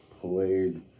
played